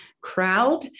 crowd